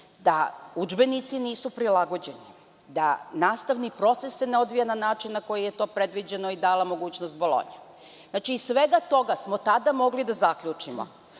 da udžbenici nisu prilagođeni, da nastavni proces se ne odvija na način na koji je to predviđeno i dala mogućnost Bolonji. Znači, iz svega toga smo tada mogli da zaključimo